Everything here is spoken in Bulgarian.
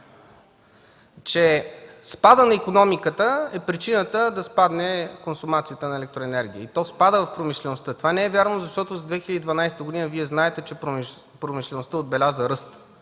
че спадът на икономиката е причина да спадне консумацията на електроенергия, и то спадът в промишлеността. Това не е вярно, защото 2012 г. Вие знаете, че промишлеността отбеляза ръст